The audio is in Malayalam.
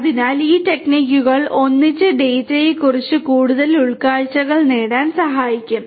അതിനാൽ ഈ ടെക്നിക്കുകൾ ഒന്നിച്ച് ഡാറ്റയെക്കുറിച്ച് കൂടുതൽ ഉൾക്കാഴ്ചകൾ നേടാൻ സഹായിക്കും